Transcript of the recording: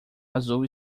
azul